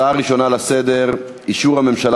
הנושא הראשון בסדר-היום: אישור הממשלה